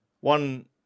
one